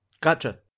Gotcha